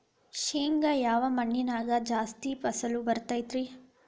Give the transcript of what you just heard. ಶೇಂಗಾ ಯಾವ ಮಣ್ಣಿನ್ಯಾಗ ಜಾಸ್ತಿ ಫಸಲು ಬರತೈತ್ರಿ?